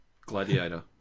Gladiator